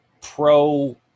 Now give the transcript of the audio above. pro